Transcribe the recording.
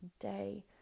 day